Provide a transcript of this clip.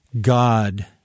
God